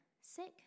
sick